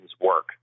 work